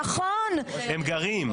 הם גרים.